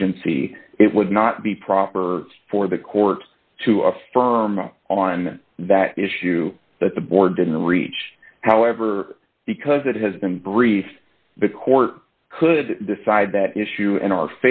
agency it would not be proper for the court to affirm on that issue that the board didn't reach however because it has been briefed the court could decide that issue in our